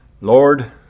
Lord